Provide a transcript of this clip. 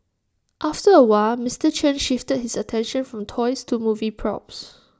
after A while Mister Chen shifted his attention from toys to movie props